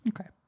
Okay